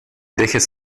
dejes